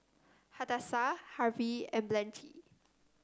Hadassah Harvey and Blanchie